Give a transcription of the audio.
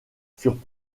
furent